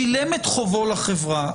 שילם את חובו לחברה,